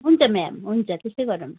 हुन्छ म्याम हुन्छ त्यस्तै गरौँ